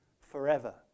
forever